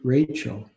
Rachel